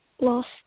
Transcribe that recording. Lost